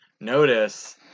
notice